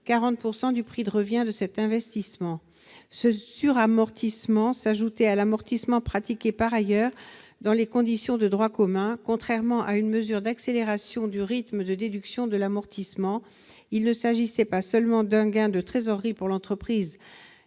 40 % du prix de revient de cet investissement. Ce suramortissement s'ajoutait à l'amortissement pratiqué par ailleurs dans les conditions de droit commun. Contrairement à une mesure d'accélération du rythme de déduction de l'amortissement, il ne s'agissait pas seulement de procurer un gain de trésorerie à l'entreprise,